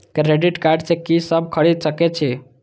Credit card से की सब खरीद सकें छी?